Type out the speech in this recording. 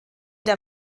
der